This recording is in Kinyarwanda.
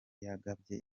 yagabye